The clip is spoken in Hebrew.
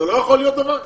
זה לא יכול להיות דבר כזה.